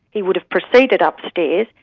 he would have proceeded upstairs,